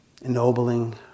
ennobling